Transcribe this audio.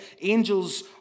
Angels